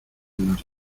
norte